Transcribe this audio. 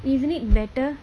isn't it better